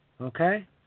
Okay